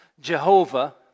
Jehovah